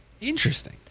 Interesting